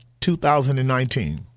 2019